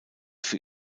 für